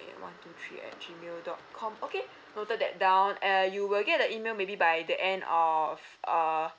A one two three at G mail dot com okay noted that down uh you will get the email maybe by the end of err